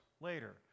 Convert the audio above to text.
later